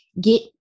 get